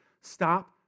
stop